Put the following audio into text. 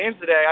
today